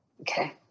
Okay